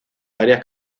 varias